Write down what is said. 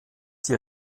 die